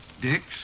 Dicks